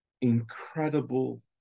incredible